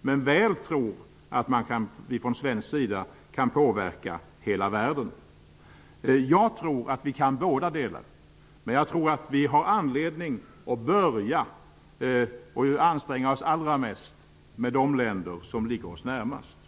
men väl tror att man från svensk sida kan påverka hela världen. Jag tror att vi kan bådadera. Men vi har anledning att börja och anstränga oss allra mest med de länder som ligger närmast oss.